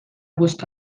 bost